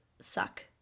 suck